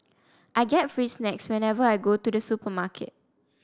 I get free snacks whenever I go to the supermarket